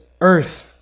earth